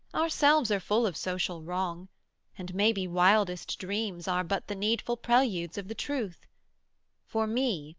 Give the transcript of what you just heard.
ourselves are full of social wrong and maybe wildest dreams are but the needful preludes of the truth for me,